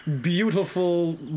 beautiful